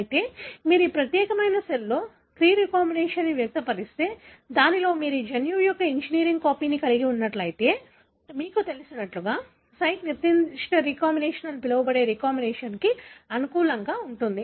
అయితే మీరు ఆ ప్రత్యేకమైన సెల్లో క్రీ రీకంబినేస్ని వ్యక్తపరిస్తే దీనిలో మీరు ఈ జన్యువు యొక్క ఇంజనీరింగ్ కాపీని కలిగి ఉన్నట్లయితే మీకు తెలిసినట్లుగా సైట్ నిర్దిష్ట రీకాంబినేషన్ అని పిలవబడే రీకాంబినేషన్కి అనుకూలంగా ఉంటుంది